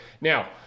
now